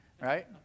right